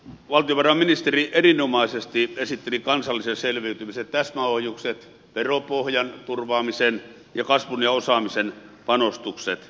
valtiovarainministeri erinomaisesti esitteli kansallisen selviytymisen täsmäohjukset veropohjan turvaamisen ja kasvun ja osaamisen panostukset